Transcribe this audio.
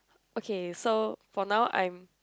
okay so for now I'm